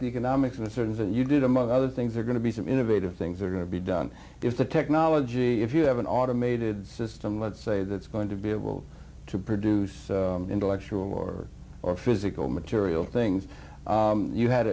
back the economics of this or that you did among other things are going to be some innovative things are going to be done if the technology if you have an automated system let's say that's going to be able to produce intellectual or or physical material things you had